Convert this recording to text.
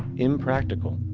impractical.